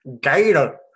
Gator